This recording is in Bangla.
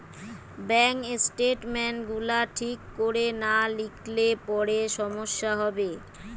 ব্যাংক স্টেটমেন্ট গুলা ঠিক কোরে না লিখলে পরে সমস্যা হবে